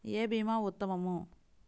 ఏ భీమా ఉత్తమము?